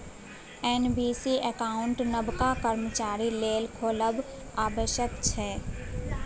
NPS account नबका कर्मचारी लेल खोलब आबश्यक छै